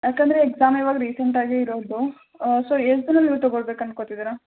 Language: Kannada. ಯಾಕಂದರೆ ಎಕ್ಸಾಮ್ ಇವಾಗ ರೀಸೆಂಟಾಗಿ ಇರೋದು ಸೊ ಎಷ್ಟು ದಿನ ಲೀವ್ ತೊಗೊಳ್ಬೇಕು ಅಂದ್ಕೋತಿದಿರಾ